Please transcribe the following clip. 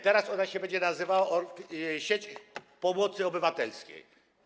Teraz to się będzie nazywało sieć pomocy obywatelskiej.